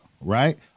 right